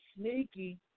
sneaky